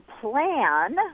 plan